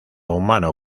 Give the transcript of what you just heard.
humano